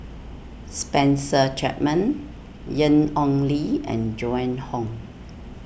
Spencer Chapman Ian Ong Li and Joan Hon